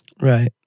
Right